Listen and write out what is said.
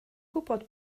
gwybod